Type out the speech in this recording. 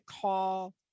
call